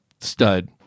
stud